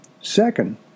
Second